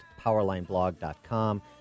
PowerlineBlog.com